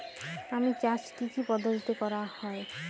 আম চাষ কি কি পদ্ধতিতে করা হয়?